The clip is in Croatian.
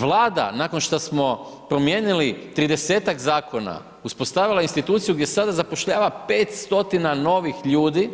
Vlada, nakon šta smo promijenili 30-tak zakona, uspostavila je instituciju gdje sada zapošljava 500 novih ljudi,